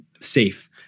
safe